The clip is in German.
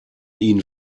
ihnen